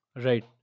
right